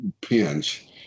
pinch